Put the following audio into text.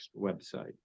website